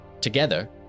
Together